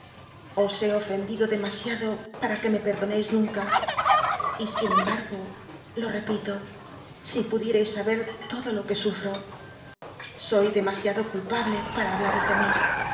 os he ofendido demasiado para que me pct'doneis nunca y sin embargo lo repito si pudierais saber todo lo que sufro i soy demasiado culpable pata hablaros de mi